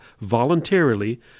voluntarily